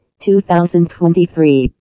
2023